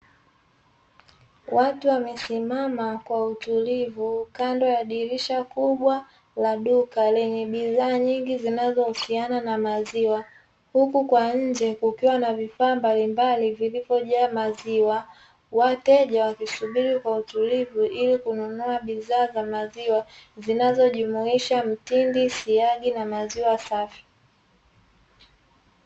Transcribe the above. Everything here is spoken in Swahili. Watu wamesimama kwa utulivu kando ya dirisha kubwa la duka lenye bidhaa nyingi zinazohusiana na maziwa, huku kwa nje kukiwa na vifaa mbalimbali vilivyojaa maziwa. Wateja wakisubiri kwa utulivu ili kununua bidhaa za maziwa zinazojumuisha mtindi, siagi na maziwa safi."